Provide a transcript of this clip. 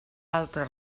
altre